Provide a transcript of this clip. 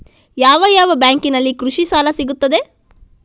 ಯಾವ ಯಾವ ಬ್ಯಾಂಕಿನಲ್ಲಿ ಕೃಷಿ ಸಾಲ ಸಿಗುತ್ತದೆ?